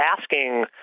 asking